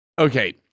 Okay